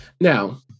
now